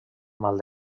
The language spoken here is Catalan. mal